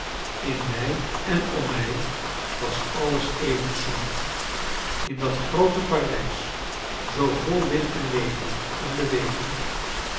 in mij en om mij was alles even somber in dat groote parijs zoo vol licht en leven en beweging